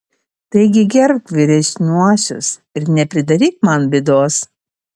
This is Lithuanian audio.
taigi gerbk vyresniuosius ir nepridaryk man bėdos